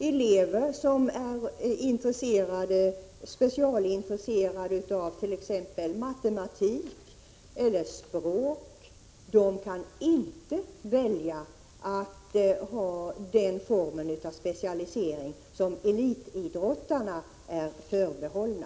Elever som är specialintresserade av t.ex. matematik eller språk kan inte välja den formen av specialisering. Den är förbehållen elitidrottarna.